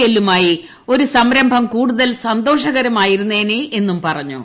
എല്ലുമായി ഒരു സംരംഭം കൂടുതൽ സന്തോഷകരമായിരുന്നേ എന്നും പറഞ്ഞു